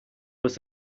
was